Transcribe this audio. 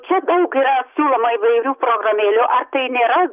čia daug yra siūloma įvairių programėlių ar tai nėra